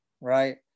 right